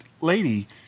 lady